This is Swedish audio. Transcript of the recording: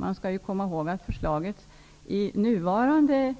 Man skall komma ihåg att förslaget, med den nuvarande